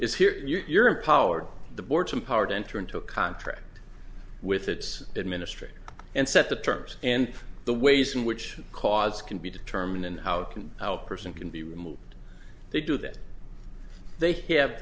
here you're empowered the board some power to enter into a contract with its administrator and set the terms and the ways in which cause can be determined and how can how person can be removed they do that they have